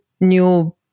new